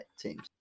teams